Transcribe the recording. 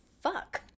fuck